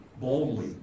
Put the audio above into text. boldly